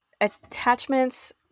Attachments